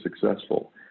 successful